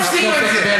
תפסיקו עם זה.